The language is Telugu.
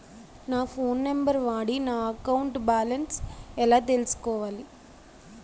నా ఫోన్ నంబర్ వాడి నా అకౌంట్ బాలన్స్ ఎలా తెలుసుకోవాలి?